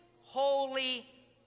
holy